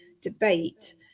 debate